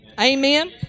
Amen